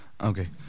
Okay